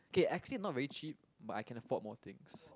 K actually not very cheap but I can afford more things